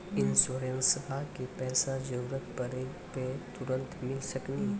इंश्योरेंसबा के पैसा जरूरत पड़े पे तुरंत मिल सकनी?